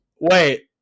wait